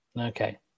Okay